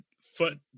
foot